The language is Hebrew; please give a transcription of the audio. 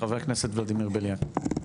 חבר הכנסת ולדימיר בליאק.